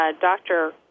Dr